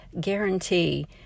guarantee